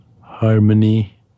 harmony